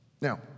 Now